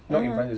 (uh huh)